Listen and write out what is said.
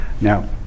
Now